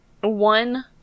one